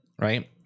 Right